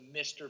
Mr